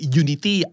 unity